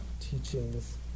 teachings